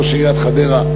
ראש עיריית חדרה,